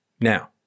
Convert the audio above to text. Now